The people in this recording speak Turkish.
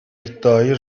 iddiayı